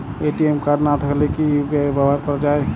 ATM card না থাকলে কি ইউ.পি.আই ব্যবহার করা য়ায়?